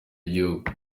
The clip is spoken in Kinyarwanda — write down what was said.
y’igihugu